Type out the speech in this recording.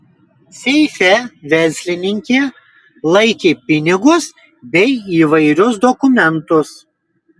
seife verslininkė laikė pinigus bei įvairius dokumentus